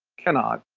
cannot,